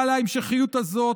אבל ההמשכיות הזאת,